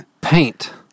paint